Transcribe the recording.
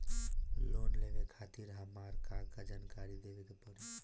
Loan लेवे खातिर हमार का का जानकारी देवे के पड़ी?